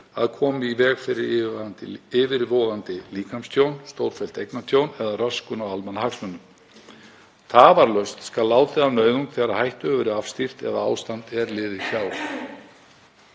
að koma í veg fyrir yfirvofandi líkamstjón, stórfellt eignatjón eða röskun á almannahagsmunum. Tafarlaust skal látið af nauðung þegar hættu hefur verið afstýrt eða ástand er liðið hjá.